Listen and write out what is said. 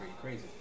crazy